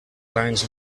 lines